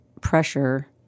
pressure